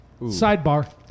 sidebar